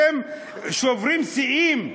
אתם שוברים שיאים.